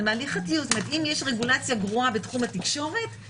כלומר אם יש רגולציה גרועה בתחום התקשורת,